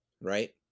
Right